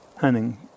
hunting